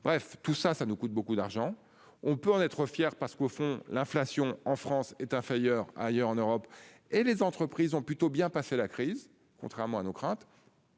Bref, tout ça, ça nous coûte beaucoup d'argent, on peut en être fier parce qu'au fond, l'inflation en France est inférieur. Ailleurs en Europe, et les entreprises ont plutôt bien passé la crise, contrairement à nos craintes.